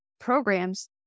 programs